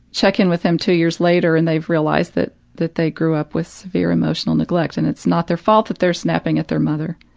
check in with them two years later and they've realized that that they grew up with severe emotional neglect and it's not their fault if they're snapping at their mother.